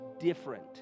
different